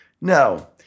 no